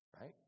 Right